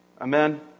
Amen